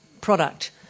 product